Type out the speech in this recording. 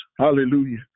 Hallelujah